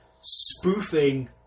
spoofing